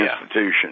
Institution